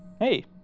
Hey